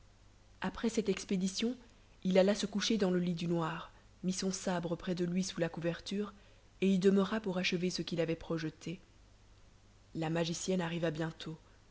après cette expédition il alla se coucher dans le lit du noir mit son sabre près de lui sous la couverture et y demeura pour achever ce qu'il avait projeté la magicienne arriva bientôt